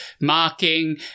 marking